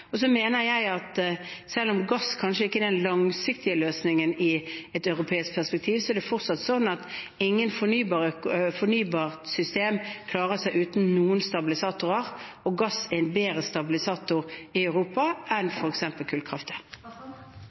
Og så mener jeg at selv om gass kanskje ikke er den langsiktige løsningen i et europeisk perspektiv, er det fortsatt slik at ikke noe fornybart system klarer seg uten noen stabilisatorer, og gass er en bedre stabilisator i Europa enn